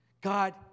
god